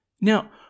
Now